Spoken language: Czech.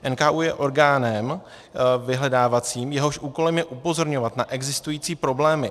NKÚ je orgánem vyhledávacím, jehož úkolem je upozorňovat na existující problémy.